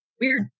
weird